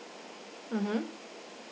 mmhmm